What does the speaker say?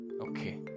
Okay